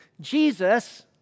Jesus